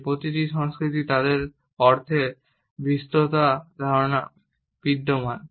যে প্রতিটি সংস্কৃতিতে তাদের অর্থের বিস্তৃত ধারণা বিদ্যমান